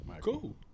Cool